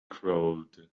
crawled